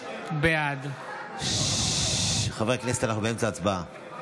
בעד חברי הכנסת, אנחנו באמצע הצבעה.